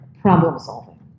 problem-solving